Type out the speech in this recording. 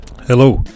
Hello